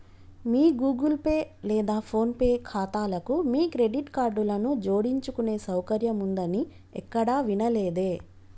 మీ Google Pay లేదా PhonePe ఖాతాలకు మీ క్రెడిట్ కార్డులను జోడించుకునే సౌకర్యం ఉందని ఎక్కడా వినలేదే